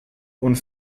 und